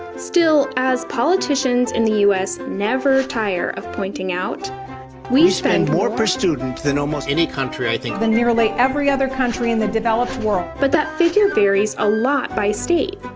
still, as politicians in the us never tire of pointing, out we spend more per student than almost any country i think than nearly every other country in the developed world. but that figure varies a lot by state.